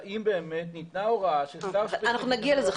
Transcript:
האם באמת ניתנה הוראה של שר ספציפי --- אנחנו נגיע לזה,